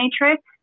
Matrix